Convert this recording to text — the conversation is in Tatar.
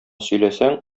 сөйләсәң